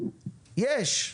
יש,